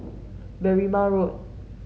Berrima Road